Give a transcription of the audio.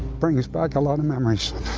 brings back a lot of memories.